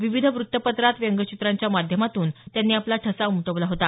विविध व्ततपत्रात व्यंगचित्रांच्या माध्यमातून त्यांनी आपला ठसा उमटवला होता